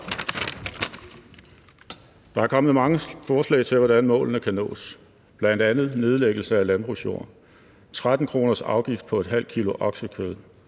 Der er kommet mange forslag til, hvordan målene kan nås, bl.a. nedlæggelse af landbrugsjord, 13 kr.s afgift på ½ kg oksekød,